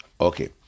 okay